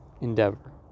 endeavor